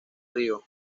río